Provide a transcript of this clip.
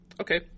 Okay